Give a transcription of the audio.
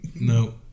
no